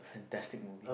fantastic movie